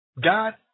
God